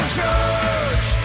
church